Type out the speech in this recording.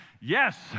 Yes